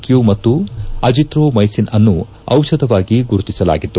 ಕ್ನು ಮತ್ತು ಅಜತ್ರೋಮ್ಖೆಸಿನ್ ಅನ್ನು ಔಷಧವಾಗಿ ಗುರುತಿಸಲಾಗಿತ್ತು